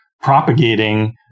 propagating